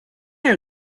are